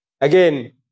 again